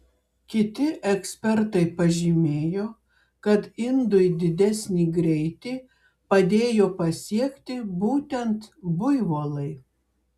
kiti ekspertai pažymėjo kad indui didesnį greitį padėjo pasiekti būtent buivolai